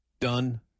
Done